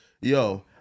Yo